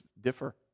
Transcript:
differ